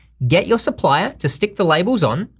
get your supplier to stick the labels on,